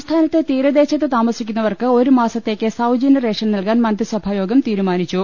സംസ്ഥാനത്ത് തീരദേശത്ത് താമസിക്കുന്നവർക്ക് ഒരു മാസ ത്തേക്ക് സൌജന്യ റേഷൻ നൽകാൻ മന്ത്രിസഭായോഗം തീരുമാ നിച്ചു